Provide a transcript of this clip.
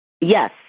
Yes